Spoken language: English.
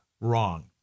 Wrong